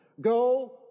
Go